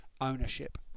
ownership